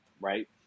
right